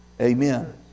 Amen